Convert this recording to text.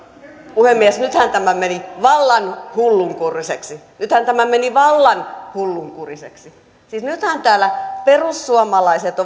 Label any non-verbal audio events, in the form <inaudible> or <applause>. puhemies nythän tämä meni vallan hullunkuriseksi nythän tämä meni vallan hullunkuriseksi siis nythän täällä perussuomalaiset <unintelligible>